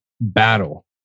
battle